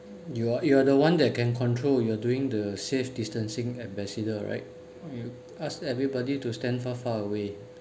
you are you are the one that can control you are doing the safe distancing ambassador right you ask everybody to stand far far away